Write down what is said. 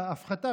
ההפחתה,